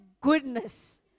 goodness